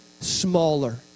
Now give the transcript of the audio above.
smaller